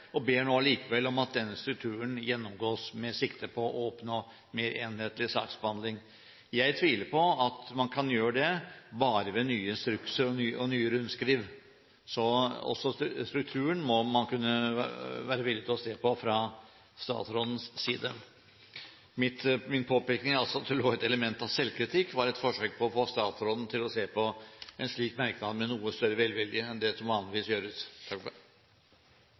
og ber nå allikevel om at denne delen av strukturen gjennomgås med sikte på å oppnå mer enhetlig saksbehandling. Jeg tviler på at man kan gjøre det bare ved nye instrukser og nye rundskriv, så også strukturen må man kunne være villig til å se på fra statsrådens side. Min påpekning av at det ligger et element av selvkritikk her, er et forsøk på å få statsråden til å se på en slik merknad med noe større velvilje enn det som vanligvis gjøres.